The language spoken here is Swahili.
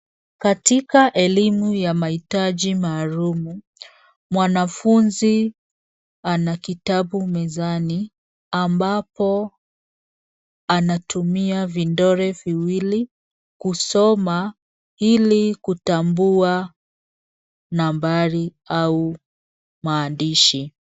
Katika elimu ya mahitaji maalum mwanafunzi ana kitabu mezani ambapo anatumia vidole viwili kusoma ili kutambua nambari au maandishi.